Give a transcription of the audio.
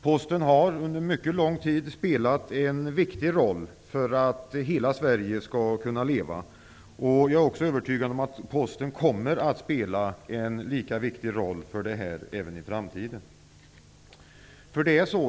Posten har under mycket lång tid spelat en viktig roll för att hela Sverige skall kunna leva. Jag är också övertygad om att Posten kommer att spela en lika viktig roll även i framtiden.